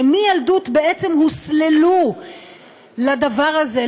שמילדות בעצם הוסללו לדבר הזה,